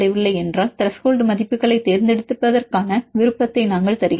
ஏனென்றால் த்ரெஷோல்ட மதிப்புகளைத் தேர்ந்தெடுப்பதற்கான விருப்பத்தை நாங்கள் தருகிறோம்